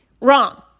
Wrong